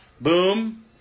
Boom